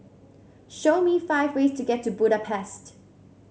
show me five ways to get to Budapest